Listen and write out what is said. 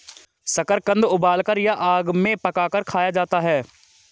शकरकंद उबालकर या आग में पकाकर खाया जाता है